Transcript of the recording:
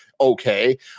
okay